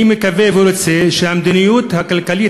אני מקווה ורוצה שהמדיניות הכלכלית,